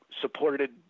supported